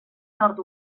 nord